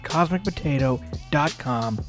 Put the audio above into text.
Cosmicpotato.com